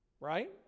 right